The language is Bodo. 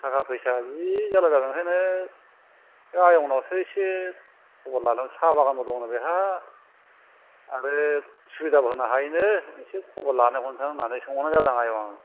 थाखा फैसा जि जारला जादों ओंखायनो बे आयं नावसो इसे खबर लानो साह बागानबो दं नो बेहा आरो सुबिदाबो होनो हायो नो इसे खबर लानायहरसां होननानै सोंहरनाय जादों आयं